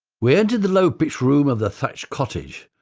we entered the low pitched room of the thatched cottage.